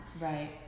Right